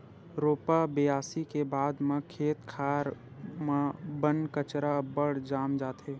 रोपा बियासी के बाद म खेत खार म बन कचरा अब्बड़ जाम जाथे